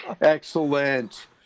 Excellent